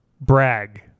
brag